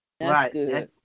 Right